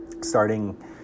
Starting